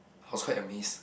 was quite amazed